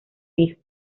hijo